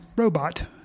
robot